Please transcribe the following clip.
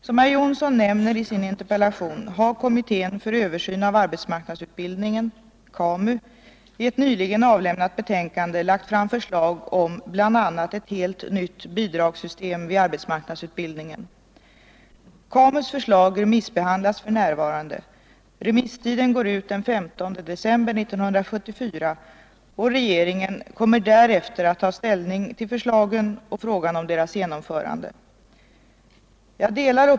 Som herr Jonsson nämner i sin interpellation har kommittén för översyn av arbetsmarknadsutbildningen i ett nyligen avlämnat betänkande lagt fram förslag om bl.a. ett helt nytt bidragssystem vid arbetsmarknadsutbildningen. KAMU:s förslag remissbehandlas för närvarande. Remisstiden går ut den 15 december 1974 och regeringen kommer därefter att ta ställning till förslagen och frågan om deras genomförande.